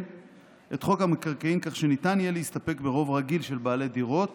את חוק המקרקעין כך שניתן יהיה להסתפק ברוב רגיל של בעלי דירות